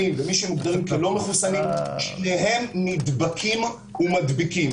ומי שמוגדרים כלא מחוסנים שניהם נדבקים ומדביקים.